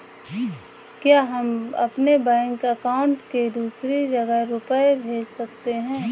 क्या हम अपने बैंक अकाउंट से दूसरी जगह रुपये भेज सकते हैं?